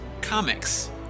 comics